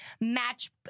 match—